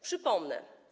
Przypomnę.